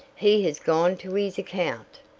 he has gone to his account.